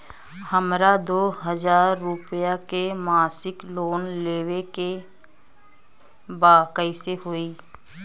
हमरा दो हज़ार रुपया के मासिक लोन लेवे के बा कइसे होई?